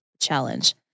challenge